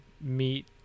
meet